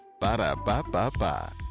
Ba-da-ba-ba-ba